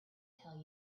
tell